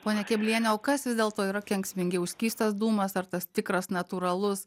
ponia kebliene o kas vis dėlto yra kenksmingiau skystas dūmas ar tas tikras natūralus